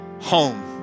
home